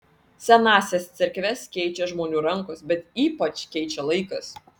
senąsias cerkves keičia žmonių rankos bet ypač keičia laikas